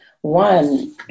One